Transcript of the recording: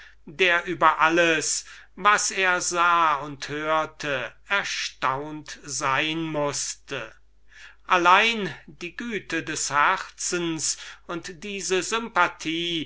der über alles was er sah und hörte erstaunt sein mußte allein die güte seines herzens und diese sympathie